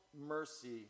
mercy